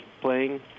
playing